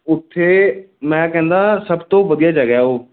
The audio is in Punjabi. ਉੱਥੇ ਮੈਂ ਕਹਿੰਦਾ ਸਭ ਤੋਂ ਵਧੀਆ ਜਗ੍ਹਾ ਉਹ